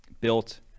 built